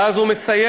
ואז הוא סיים: